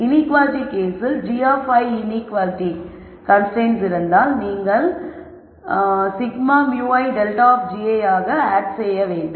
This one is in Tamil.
இன்ஈக்குவாலிட்டி கேஸில் gi இன்ஈக்குவாலிட்டி கன்ஸ்ரைன்ட்ஸ் இருந்தால் நீங்கள் σ μi ∇ of gi என்பதை ஆட் செய்ய வேண்டும்